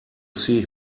see